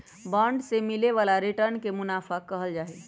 bond से मिले वाला रिटर्न के मुनाफा कहल जाहई